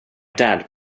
dad